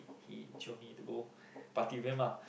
he jio me to go party with them ah